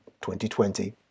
2020